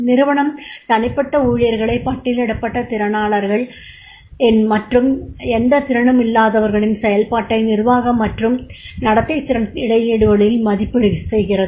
நிறுவனம் தனிப்பட்ட ஊழியர்களை பட்டியலிடப்பட்ட திறனாளர்கள் மற்றும் எந்தத் திறனுமில்லாதவர்களின் செயல்பாட்டை நிர்வாக மற்றும் நடத்தை திறன் இடைவெளிகளில் மதிப்பீடு செய்கிறது